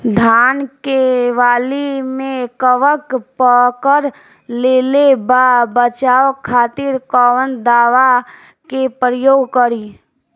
धान के वाली में कवक पकड़ लेले बा बचाव खातिर कोवन दावा के प्रयोग करी?